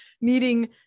needing